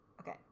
Okay